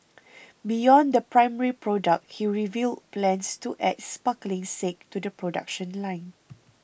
beyond the primary product he revealed plans to add sparkling sake to the production line